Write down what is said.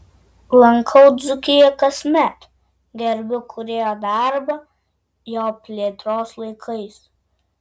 lankau dzūkiją kasmet gerbiu kūrėjo darbą jo plėtros laikais